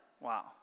wow